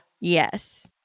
Yes